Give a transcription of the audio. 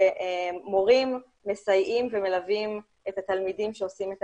ומורים מסייעים ומלווים את התלמידים שעושים את